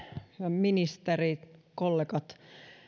ministeri kollegat